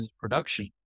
production